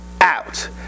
out